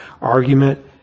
argument